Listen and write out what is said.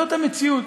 זאת המציאות,